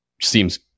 seems